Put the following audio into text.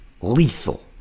lethal